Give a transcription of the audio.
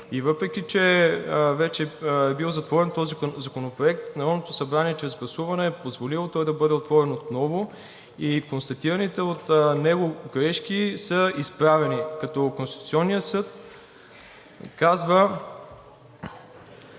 и въпреки че вече е бил затворен този законопроект, Народното събрание чрез гласуване е позволило той да бъде отворен отново и констатираните от него грешки са изправени, като Конституционният съд казва,